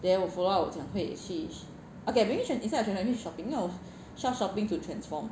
then 我 follow up 我讲会去 okay maybe instead 我会去 shopping 因为我 start shopping to transform